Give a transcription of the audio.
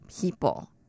people